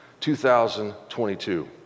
2022